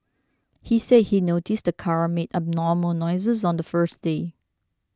he said he noticed the car made abnormal noises on the first day